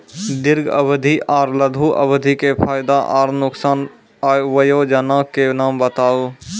दीर्घ अवधि आर लघु अवधि के फायदा आर नुकसान? वयोजना के नाम बताऊ?